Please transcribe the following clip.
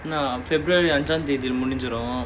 no ah february அஞ்சந்தேத்தி முடிஞ்சிடும்:anjantheathi mudinjidum